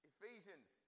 Ephesians